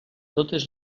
totes